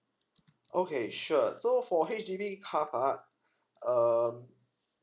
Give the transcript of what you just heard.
okay sure so for H_D_B carpark um